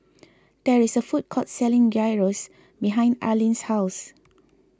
there is a food court selling Gyros behind Arlyn's house